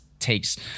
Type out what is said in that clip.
takes